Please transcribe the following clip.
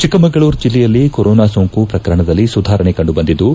ಚಿಕ್ಕಮಗಳೂರು ಜಿಲ್ಲೆಯಲ್ಲಿ ಕೊರೊನಾ ಸೋಂಕು ಪ್ರಕರಣದಲ್ಲಿ ಸುಧಾರಣೆ ಕಂಡು ಬಂದಿದ್ದು